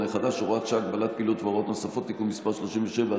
החדש (הוראת שעה) (הגבלת פעילות והוראות נוספות) (תיקון מס' 37),